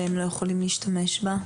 שהם לא יכולים להשתמש במצלמות?